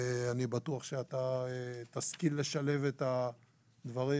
אני בטוח שתשכיל לשלב את הדברים,